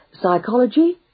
Psychology